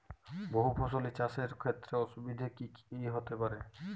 বহু ফসলী চাষ এর ক্ষেত্রে অসুবিধে কী কী হতে পারে?